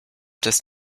des